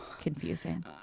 Confusing